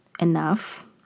enough